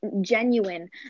genuine